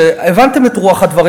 הבנתם את רוח הדברים.